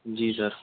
جی سر